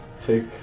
take